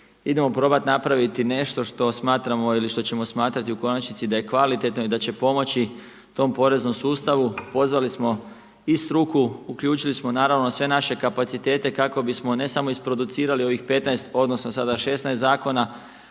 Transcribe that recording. idemo probati napraviti nešto što smatramo ili što ćemo smatrati u konačnici da je kvalitetno i da će pomoći tom poreznom sustavu. Pozvali smo i struku, uključili smo naravno sve naše kapacitete kako bismo ne samo isproducirali ovih 15 odnosno sada 16 zakona,